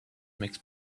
makes